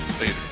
later